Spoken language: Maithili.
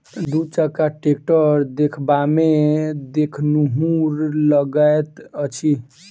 दू चक्का टेक्टर देखबामे देखनुहुर लगैत अछि